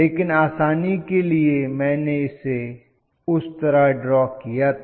लेकिन आसानी के लिए मैंने इसे उस तरह ड्रॉ किया था